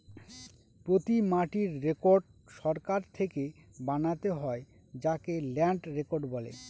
প্রতি মাটির রেকর্ড সরকার থেকে বানাতে হয় যাকে ল্যান্ড রেকর্ড বলে